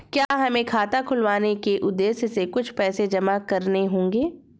क्या हमें खाता खुलवाने के उद्देश्य से कुछ पैसे जमा करने होंगे?